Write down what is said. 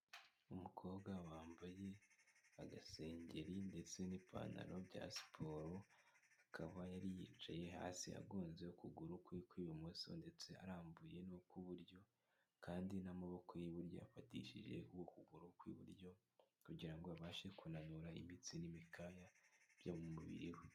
Umukobwa wambaye agasengeri ndetse n'ipantaro bya siporo, akaba yari yicaye hasi agonze ukuguru kwe kw'ibumoso ndetse arambuye n'ukw'iburyo kandi n'amaboko y'iburyo afatishije ukuguru kw'iburyo kugira ngo abashe kunanura imitsi n'imikaya byo mu mubiri we.